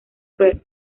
cruel